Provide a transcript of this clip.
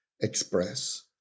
express